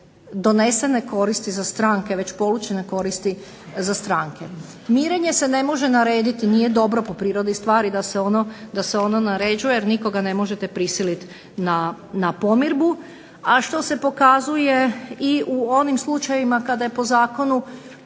donesene koristi za stranke već poučene koristi za stranke. Mirenje se ne može narediti, nije dobro po prirodi stvari da se ono naređuje, jer nikoga ne možete prisiliti na pomirbu, a što se pokazuje i u onim slučajevima kada je po zakonu